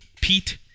Pete